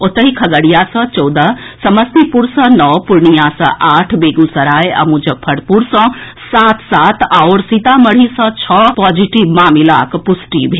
ओतहि खगड़िया सँ चौदह समस्तीपुर सँ नओ पूर्णिया सँ आठ बेगूसराय आ मुजफ्फरपुर सँ सात सात आओर सीतामढ़ी सँ छओ पॉजिटिव मामिलाक पुष्टि भेल